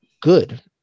good